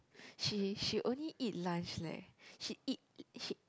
she she only eat lunch leh she eat she